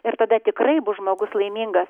ir tada tikrai bus žmogus laimingas